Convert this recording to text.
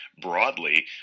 broadly